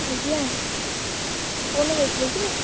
ଆଜ୍ଞା କୋଉ ଦିନ ଯାଇଥିଲେ କି